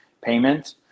payment